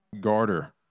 garter